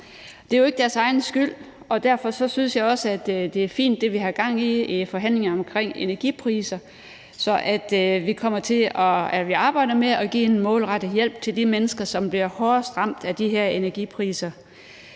Det er jo ikke deres egen skyld, og derfor synes jeg også, at det, vi har gang i i forhandlingerne omkring energipriser, er fint, så vi arbejder med at give en målrettet hjælp til de mennesker, som bliver hårdest ramt af de her energipriser.